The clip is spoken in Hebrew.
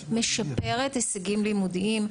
משפרת הישגים לימודיים,